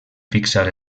fixar